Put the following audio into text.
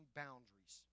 boundaries